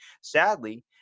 sadly